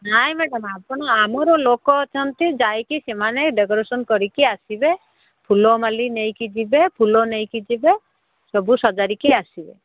ନାଇଁ ମ୍ୟାଡ଼ାମ୍ ଆପଣ ଆମର ଲୋକ ଅଛନ୍ତି ଯାଇକି ସେମାନେ ଡେକୋରେସନ୍ କରିକି ଆସିବେ ଫୁଲମାଳି ନେଇକି ଯିବେ ଫୁଲ ନେଇକି ଯିବେ ସବୁ ସଜାଡ଼ିକି ଆସିବେ